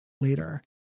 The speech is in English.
Later